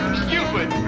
stupid